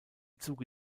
zuge